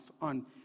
on